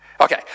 Okay